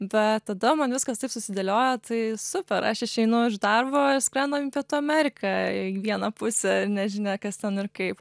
bet tada man viskas taip susidėliojo tai super aš išeinu iš darbo skrendam į pietų ameriką į vieną pusę nežinia kas ten ir kaip